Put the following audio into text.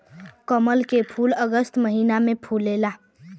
कमल के फूल अगस्त महिना में फुलला